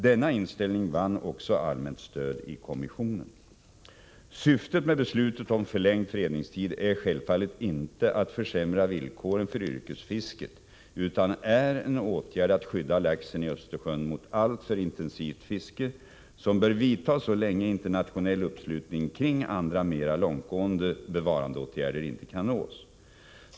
Denna inställning vann också allmänt stöd i kommissionen. Syftet med beslutet om förlängd fredningstid är självfallet inte att försämra villkoren för yrkesfisket utan är en åtgärd att skydda laxen i Östersjön mot alltför intensivt fiske, som bör vidtas så länge internationell uppslutning kring andra mer långtgående bevarandeåtgärder inte kan nås.